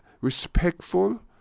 respectful